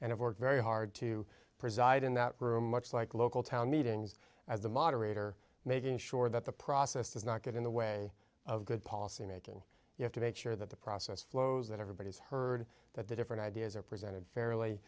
and it worked very hard to preside in that room much like local town meetings as a moderator making sure that the process does not get in the way of good policy making you have to make sure that the process flows that everybody's heard that the different ideas are presented fairly